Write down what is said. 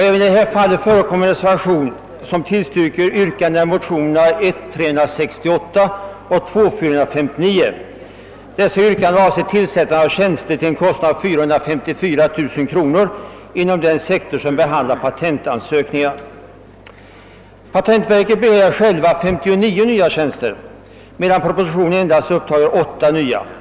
Där har det avgivits en reservation med tillstyrkan av yrkandet i motionerna I: 368 och II: 459, som avser tillsättande av nya tjänster till en kostnad av 454 000 kronor inom den sektor som behandlar patentansökningar. Patentverket har begärt 59 nya tjänster, men propositionen har endast upptagit 8 sådana tjänster.